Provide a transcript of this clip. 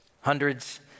Hundreds